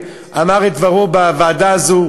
ואמר את דברו בוועדה הזאת,